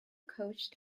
coached